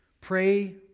Pray